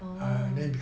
oo